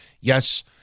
Yes